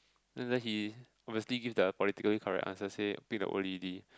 and then he obviously give the politically correct answer say pick the old lady